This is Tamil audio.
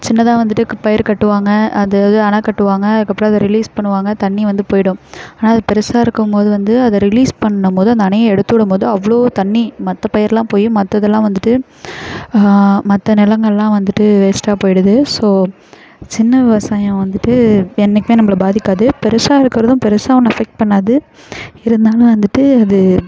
சின்னாதாக வந்துட்டு பயிர் கட்டுவாங்க அதை அணை கட்டுவாங்க அதுக்கு அப்புறம் அதை ரிலீஸ் பண்ணுவாங்க தண்ணி வந்து போயிடும் ஆனால் அது பெருசாக இருக்கும் போது வந்து அதை ரிலீஸ் பண்ணும் போது அந்த அணையை எடுத்து விடும் போது அவ்வளோ தண்ணி மற்ற பயிர் எல்லா போய் மற்றதுல்லா வந்துட்டு மற்ற நிலங்கள்லாம் வந்துட்டு வேஸ்ட்டாக போயிடுது ஸோ சின்ன விவசாயம் வந்துட்டு என்றைக்குமே நம்பள பாதிக்காது பெருசாக இருக்கிறது பெருசாக ஒன்று அஃபேக்ட் பண்ணாது இருந்தாலும் வந்துட்டு அது